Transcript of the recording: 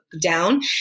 down